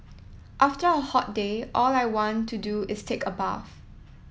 after a hot day all I want to do is take a bath